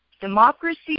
Democracy